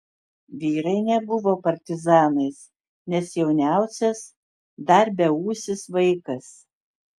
vyrai nebuvo partizanais nes jauniausias dar beūsis vaikas